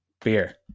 beer